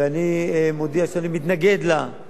ואני מודיע שאני מתנגד לה,